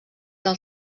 del